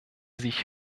sich